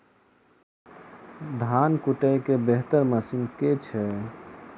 धान कुटय केँ बेहतर मशीन केँ छै?